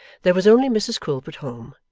there was only mrs quilp at home,